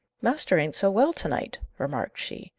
master ain't so well to-night, remarked she.